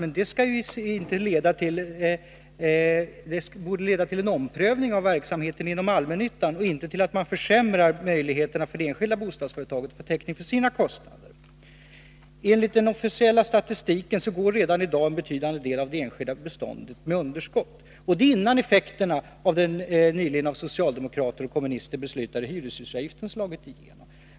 Men det borde leda till en omprövning av verksamheten inom allmännyttan och inte till att man försämrar möjligheterna för det enskilda bostadsföretaget att få täckning för sina kostnader. Enligt den officiella statistiken går redan i dag en betydande del av det enskilda beståndet med underskott — och det innan effekterna av den av socialdemokrater och kommunister nyligen beslutade hyreshusavgiften slagit igenom.